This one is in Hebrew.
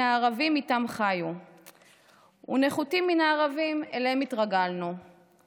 הערבים איתם חיו / ונחותים מן הערבים / אליהם התרגלנו /